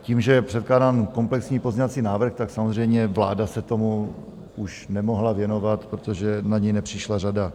Tím, že je předkládán komplexní pozměňovací návrh, samozřejmě vláda se tomu už nemohla věnovat, protože na ni nepřišla řada.